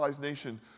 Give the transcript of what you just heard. nation